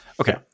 Okay